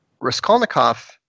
Raskolnikov